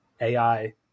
AI